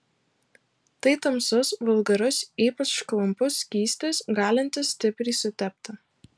tai tamsus vulgarus ypač klampus skystis galintis stipriai sutepti